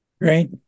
Great